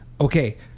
okay